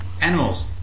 animals